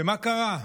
ומה קרה?